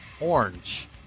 Orange